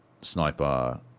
sniper